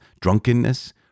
drunkenness